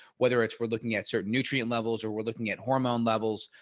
whether it's we're looking at certain nutrient levels, or we're looking at hormone levels,